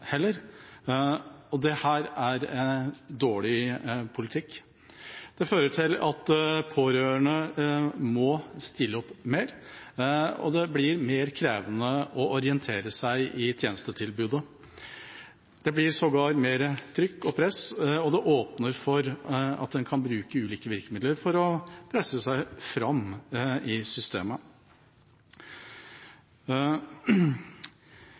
heller, og det er dårlig politikk. Det fører til at pårørende må stille opp mer, og det blir mer krevende å orientere seg i tjenestetilbudet. Det blir sågar mer trykk og press, og det åpner for at en kan bruke ulike virkemidler for å presse seg fram i systemet.